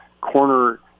corner